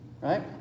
right